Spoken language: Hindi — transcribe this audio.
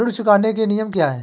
ऋण चुकाने के नियम क्या हैं?